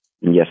Yes